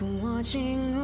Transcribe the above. watching